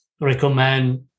recommend